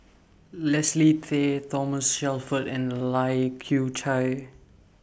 Leslie Tay Thomas Shelford and Lai Kew Chai